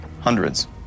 hundreds